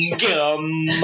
Gum